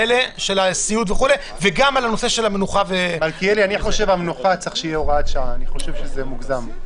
דיני עבודה ולנושא של החרגת העובדים הזרים.